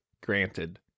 granted